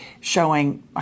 showing